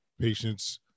patients